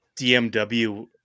DMW